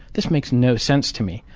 this makes no sense to me.